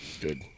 Good